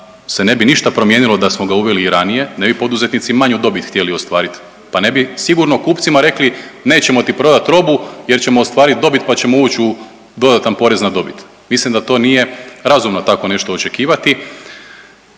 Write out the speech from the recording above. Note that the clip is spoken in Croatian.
se ne bi ništa promijenilo da smo ga uveli i ranije, ne bi poduzetnici manju dobit htjeli ostvariti. Pa ne bi sigurno kupcima rekli nećemo ti prodati robu jer ćemo ostvariti dobit pa ćemo ući u dodatan porez na dobit. Mislim da to nije razumno tako nešto očekivati.